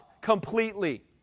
completely